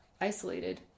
isolated